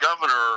Governor